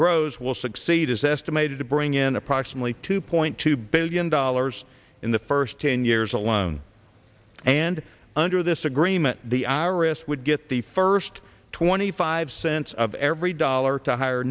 grows will succeed is estimated to bring in approximately two point two billion dollars in the first ten years alone and under this agreement the iris would get the first twenty five cents of every dollar to hire